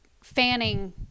fanning